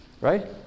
right